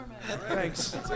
Thanks